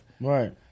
Right